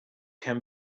can